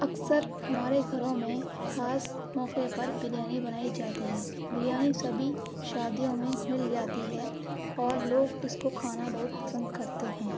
اکثر ہمارے گھروں میں خاص موقعے پر بریانی بنائی جاتی ہے بریانی سبھی شادیوں میں مل جاتی ہے اور لوگ اس کو کھانا بہت پسند کرتے ہیں